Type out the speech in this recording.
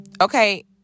okay